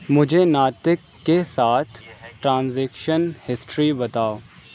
مجھے ناطق کے ساتھ ٹرانزیکشن ہسٹری بتاؤ